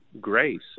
grace